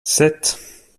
sept